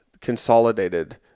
consolidated